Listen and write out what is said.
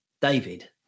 David